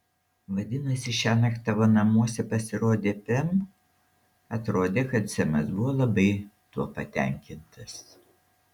vadinasi šiąnakt tavo namuose pasirodė pem atrodė kad semas buvo labai tuo patenkintas